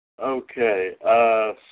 Okay